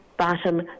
bottom